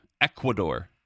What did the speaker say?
Ecuador